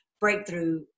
breakthrough